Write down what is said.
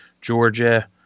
Georgia